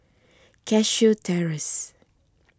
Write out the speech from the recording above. Cashew Terrace